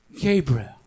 Gabriel